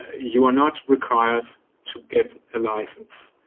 you are not required to get a license.